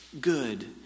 Good